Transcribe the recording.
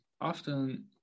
often